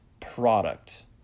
product